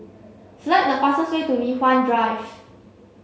select the fastest way to Li Hwan Drive